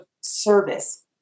service